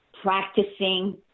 Practicing